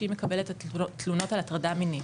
שהיא מקבלת את התלונות על הטרדה מינית.